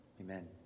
Amen